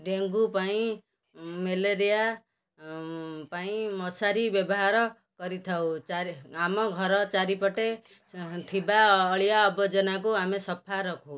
dengue ପାଇଁ malaria ପାଇଁ ମଶାରି ବ୍ୟବହାର କରିଥାଉ ଚାରି ଆମ ଘର ଚାରିପଟେ ଥିବା ଅଳିଆ ଆବର୍ଜନାକୁ ଆମେ ସଫା ରଖୁ